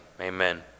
amen